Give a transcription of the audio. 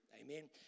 Amen